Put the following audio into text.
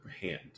hand